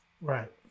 Right